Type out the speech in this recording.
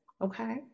Okay